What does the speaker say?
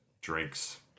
drinks